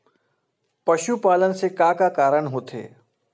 पशुपालन से का का कारण होथे?